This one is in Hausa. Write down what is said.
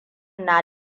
na